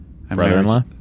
brother-in-law